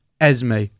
Esme